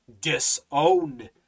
disown